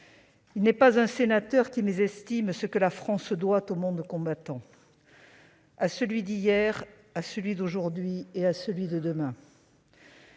; pas un sénateur ne mésestime ce que la France doit au monde combattant, à celui d'hier, à celui d'aujourd'hui et à celui de demain